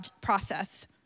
process